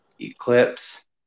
Eclipse